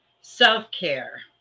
self-care